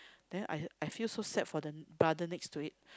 then I I feel so sad for the brother next to it